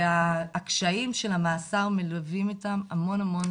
והקשיים של המאסר מלווים אותם המון המון